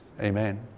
Amen